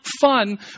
fun